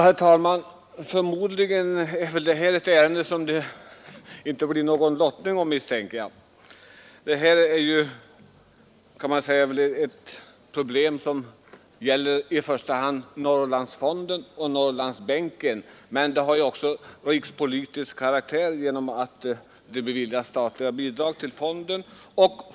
Herr talman! Förmodligen blir det inte någon lottning om det här ärendet — problemet gäller väl i första hand Norrlandsbänken, men det har ju också rikspolitisk karaktär genom att statliga bidrag beviljas till fonden.